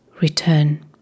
Return